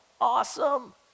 awesome